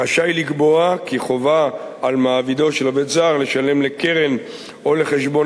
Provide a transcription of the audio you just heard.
רשאי לקבוע כי חובה על מעבידו של עובד זר לשלם לקרן או לחשבון